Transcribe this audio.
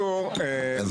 טוב,